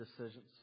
decisions